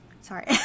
Sorry